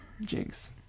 jinx